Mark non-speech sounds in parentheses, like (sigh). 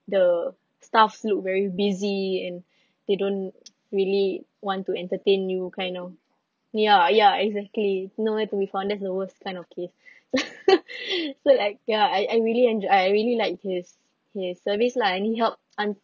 the staffs look very busy and (breath) they don't (noise) really want to entertain you kind of ya ya exactly nowhere to be found that's the worst kind of case (breath) (laughs) so like ya I I really enjoyed I really liked his his service lah and he helped un~